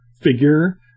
figure